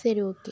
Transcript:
சரி ஓகே